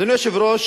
אדוני היושב-ראש,